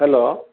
hello